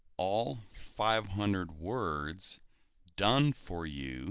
all five hundred words done for you